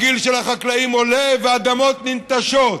הגיל של החקלאים עולה ואדמות ננטשות.